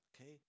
Okay